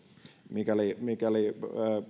mikäli mikäli